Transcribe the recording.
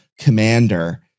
commander